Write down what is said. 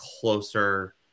closer